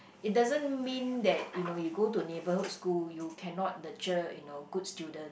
it doesn't mean that you know you go to neighbourhood school you cannot nurture you know good students